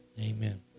Amen